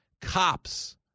cops